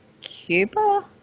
Cuba